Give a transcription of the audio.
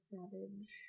Savage